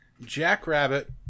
Jackrabbit